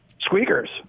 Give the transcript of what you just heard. squeakers